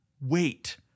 wait